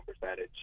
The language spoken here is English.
percentage